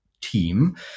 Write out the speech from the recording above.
team